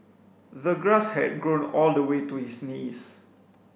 the grass had grown all the way to his knees